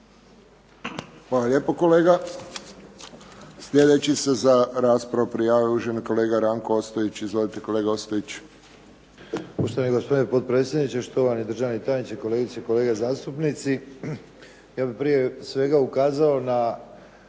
Hvala lijepo, kolega. Sljedeći se za raspravu prijavio uvaženi kolega Ranko Ostojić. Izvolite, kolega Ostojić. **Ostojić, Ranko (SDP)** Poštovani gospodine potpredsjedniče, štovani državni tajniče, kolegice i kolege zastupnici. Ja bih prije svega ukazao na